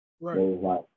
Right